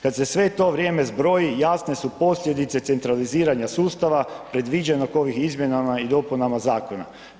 Kad se sve to vrijeme zbroji, jasne su posljedice centraliziranja sustava predviđenog ovim izmjenama i dopunama zakona.